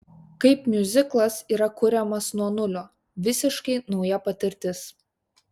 kaip miuziklas yra kuriamas nuo nulio visiškai nauja patirtis